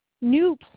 new